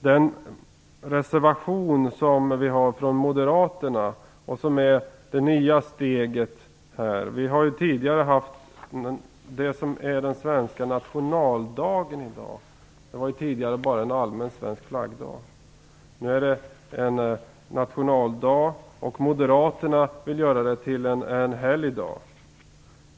Det som är den svenska nationaldagen i dag var ju tidigare bara en allmän svensk flaggdag. Moderaterna vill nu göra det till en helgdag.